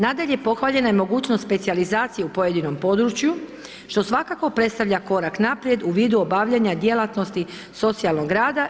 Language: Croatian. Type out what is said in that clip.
Nadalje, pohvaljena je mogućnost specijalizacije u pojedinom području, što svakako predstavlja korak naprijed u vidu obavljanja djelatnosti socijalnog rada.